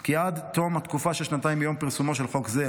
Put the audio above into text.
כי עד תום תקופה של שנתיים מיום פרסומו של חוק זה,